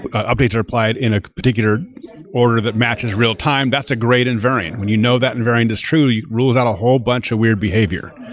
updates are applied in a particular order that matches real-time. that's a great invariant. when you know that invariant is true, it rules out a whole bunch of weird behavior.